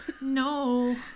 no